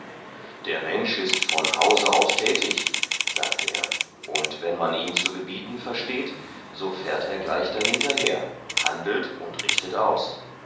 der mensch ist von hause aus tätig sagte er und wenn man ihm zu gebieten versteht so fährt er gleich dahinter her handelt und richtet aus